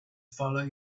follow